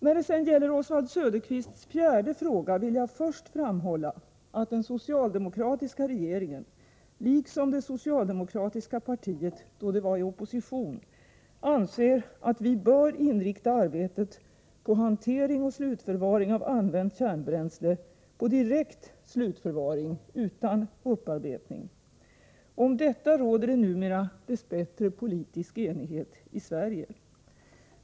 När det gäller Oswald Söderqvists fjärde fråga vill jag först framhålla att den socialdemokratiska regeringen, liksom det socialdemokratiska partiet då det var i opposition, anser att vi bör inrikta arbetet på hantering och slutförvaring av använt kärnbränsle på direkt slutförvaring utan upparbetning. Om detta råder det numera dess bättre politisk enighet i Sverige.